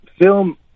film